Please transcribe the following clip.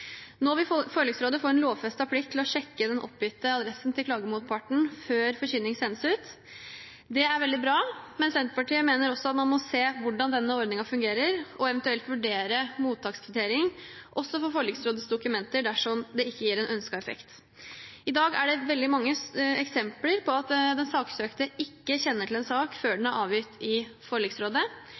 Nå vil forliksrådet få en lovfestet plikt til å sjekke den oppgitte adressen til klagemotparten før forkynning sendes ut. Det er veldig bra, men Senterpartiet mener også at man må se på hvordan denne ordningen fungerer, og eventuelt vurdere mottakskvittering også for forliksrådets dokumenter dersom det ikke gir ønsket effekt. I dag er det veldig mange eksempler på at den saksøkte ikke kjenner til en sak før den er avgitt i forliksrådet.